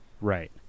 Right